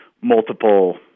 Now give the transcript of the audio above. multiple